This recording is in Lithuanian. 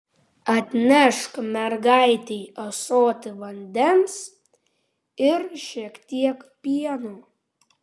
atnešk mergaitei ąsotį vandens ir šiek tiek pieno